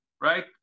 right